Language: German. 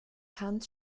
hans